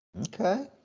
okay